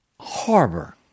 harbor